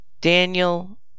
Daniel